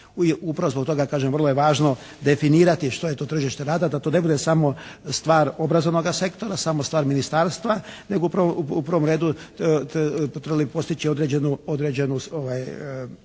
Upravo zbog toga kažem vrlo je važno definirati što je to tržište rada da to ne bude samo stvar obrazovnoga sektora, samo stvar ministarstva, nego u prvom redu trebali bi postići određenu